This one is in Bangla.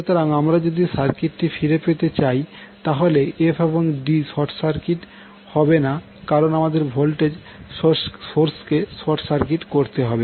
সুতরাং আমরা যদি সার্কিটটিতে ফিরে যাই তাহলে f এবং d শর্ট সার্কিট হবে না কারণ আমাদের ভোল্টেজ সোর্সকে শর্ট সার্কিট করতে হবে